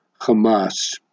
Hamas